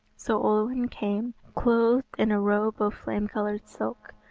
so olwen came, clothed in a robe of flame-coloured silk,